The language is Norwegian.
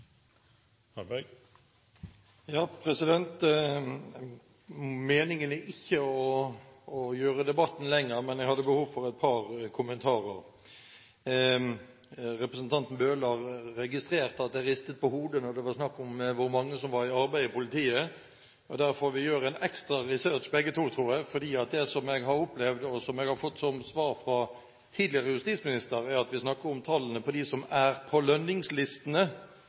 ikke å gjøre debatten lenger, men jeg hadde behov for et par kommentarer. Representanten Bøhler registrerte at jeg ristet på hodet da det var snakk om hvor mange som var i arbeid i politiet. Der får vi gjøre en ekstra research begge to, tror jeg, for jeg opplever det slik, og det har jeg også fått som svar fra tidligere justisminister, at vi snakker om tallet på dem som er på lønningslistene.